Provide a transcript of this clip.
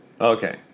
Okay